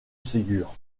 ségur